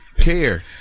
care